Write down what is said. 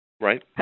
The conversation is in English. Right